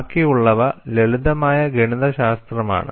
ബാക്കിയുള്ളവ ലളിതമായ ഗണിതശാസ്ത്രമാണ്